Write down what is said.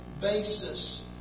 basis